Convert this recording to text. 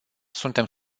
suntem